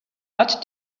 add